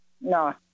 No